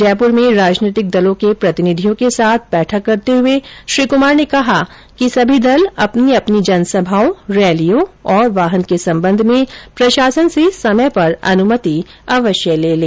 जयपुर में राजनीतिक दलों के प्रतिनिधियों के साथ बैठक करते हुए श्री क्मार ने कहा कि सभी दल अपनी अपनी जनसभाओं रैलियों और वाहन के संबंध में प्रशासन र्से समय पर अनुमति अवश्य ले लें